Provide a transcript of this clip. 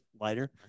lighter